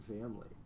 family